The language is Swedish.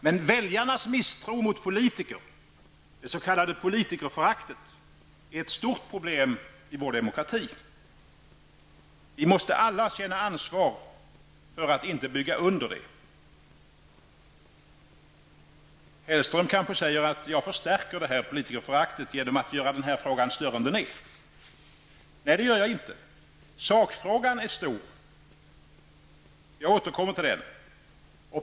Men väljarnas misstro mot politiker -- det s.k. politikerföraktet -- är ett stort problem i vår demokrati. Vi måste alla känna ansvar för att inte bygga under det. Hellström kanske säger att jag förstärker detta politikerförakt genom att göra denna fråga större än den är. Nej, det gör jag inte. Sakfrågan är stor, och jag återkommer till den.